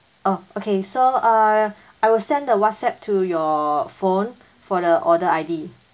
oh okay so uh I will send the WhatsApp to your phone for the order I_D